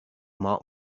mark